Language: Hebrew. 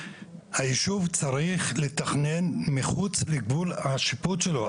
היישוב צריך לתכנן מחוץ לגבול השיפוט שלו.